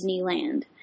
Disneyland